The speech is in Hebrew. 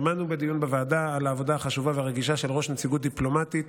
שמענו בדיון בוועדה על העבודה החשובה והרגישה של ראש נציגות דיפלומטית